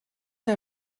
der